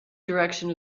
direction